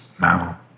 now